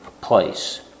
place